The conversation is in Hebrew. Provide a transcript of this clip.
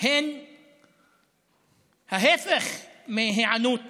הן ההפך מהיענות